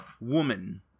woman